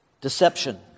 Deception